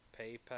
PayPal